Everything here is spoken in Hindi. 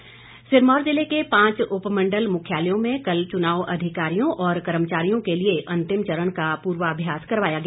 पूर्वाभ्यास सिरमौर जिले के पांच उपमंडल मुख्यालयों में कल चुनाव अधिकारियों और कर्मचारियों के लिए अंतिम चरण का पूर्वाभ्यास करवाया गया